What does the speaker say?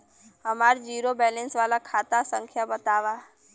हमार zero balance वाला खाता संख्या वतावा?